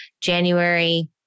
January